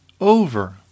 over